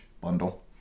bundle